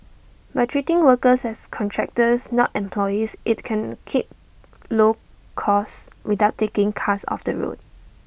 by treating workers as contractors not employees IT can keep low costs without taking cars off the road